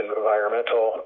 environmental